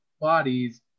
bodies